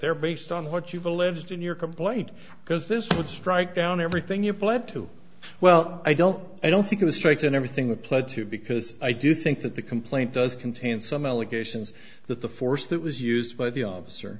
there based on what you the lived in your complaint because this would strike down everything you pled to well i don't i don't think it was strikes and everything applied to because i do think that the complaint does contain some allegations that the force that was used by the officer